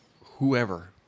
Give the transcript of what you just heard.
whoever